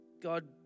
God